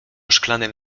szklanym